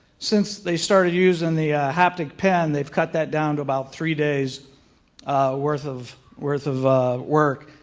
since they started using the haptic pen they've cut that down to about three days worth of worth of work.